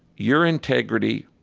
your integrity,